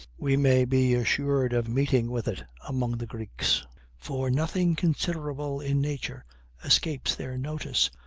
we may be assured of meeting with it among the greeks for nothing considerable in nature escapes their notice,